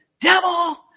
devil